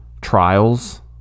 trials